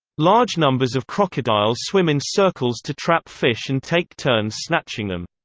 large numbers of crocodiles swim in circles to trap fish and take turns snatching them.